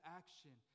action